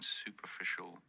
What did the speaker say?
superficial